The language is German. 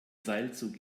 seilzug